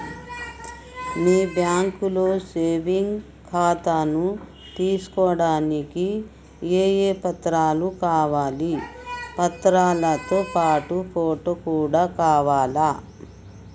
మీ బ్యాంకులో సేవింగ్ ఖాతాను తీసుకోవడానికి ఏ ఏ పత్రాలు కావాలి పత్రాలతో పాటు ఫోటో కూడా కావాలా?